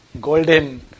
golden